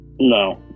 no